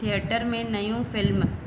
theatre में नयूं film